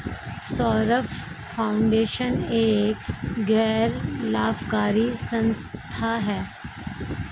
Saurabh foundation एक गैर लाभकारी संस्था है